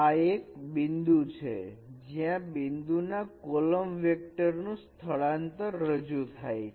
આ એક બિંદુ છે જ્યાં બિંદુ ના કોલમ વેક્ટર નું સ્થળાંતર રજૂ થાય છે